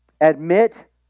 admit